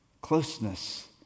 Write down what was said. closeness